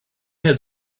had